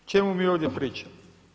O čemu mi ovdje pričamo?